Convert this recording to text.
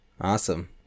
awesome